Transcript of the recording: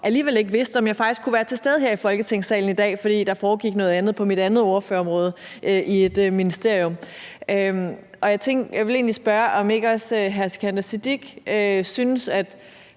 alligevel ikke vidste, om jeg faktisk kunne være til stede her i Folketingssalen i dag, fordi der foregik noget andet på mit andet ordførerområde, i et ministerium. Jeg vil egentlig spørge, om hr. Sikandar Siddique